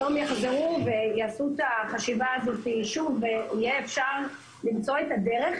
היום יחזרו ויעשו את החשיבה הזאת שוב ויהיה אפשר למצוא את הדרך,